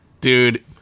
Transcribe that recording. Dude